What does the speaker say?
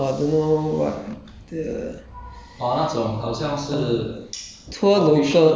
uh like the bukit the bukit timah lah or I don't know what the